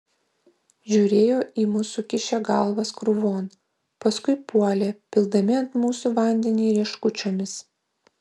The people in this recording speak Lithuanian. žiūrėjo į mus sukišę galvas krūvon paskui puolė pildami ant mūsų vandenį rieškučiomis